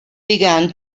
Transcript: began